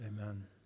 Amen